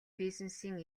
бизнесийн